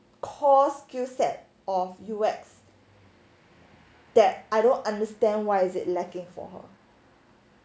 core skill set of U_X that I don't understand why is it lacking for her